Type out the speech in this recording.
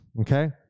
Okay